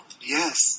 Yes